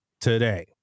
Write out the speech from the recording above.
today